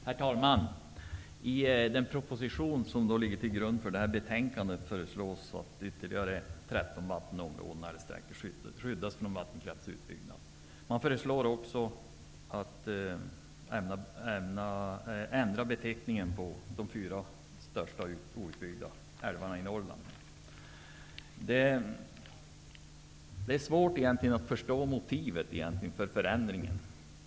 Herr talman! I den proposition som ligger till grund för betänkandet föreslås att ytterligare 13 vattenområden och älvsträckor skyddas från vattenkraftsutbyggnad. Man föreslår också att beteckningen på de fyra största outbyggda älvarna i Norrland skall ändras. Det är svårt att förstå motivet till denna förändring.